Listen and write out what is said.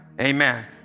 amen